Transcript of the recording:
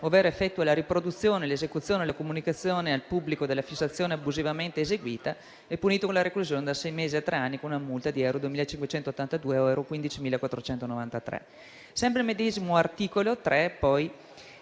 ovvero effettui la riproduzione, l'esecuzione e la comunicazione al pubblico della fissazione abusivamente eseguita è punito con la reclusione da sei mesi a tre anni e con una multa da 2.582 a 15.493 euro. Sempre il medesimo articolo 3 prevede